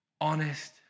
honest